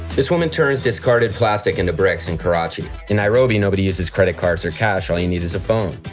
this woman turns discarded plastic into bricks in karachi. in nairobi nobody uses credit cards or cash all you need is a phone.